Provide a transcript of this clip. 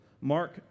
Mark